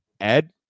Ed